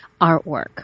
artwork